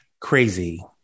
Crazy